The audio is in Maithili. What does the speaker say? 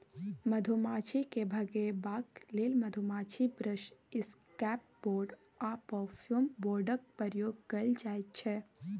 मधुमाछी केँ भगेबाक लेल मधुमाछी ब्रश, इसकैप बोर्ड आ फ्युम बोर्डक प्रयोग कएल जाइत छै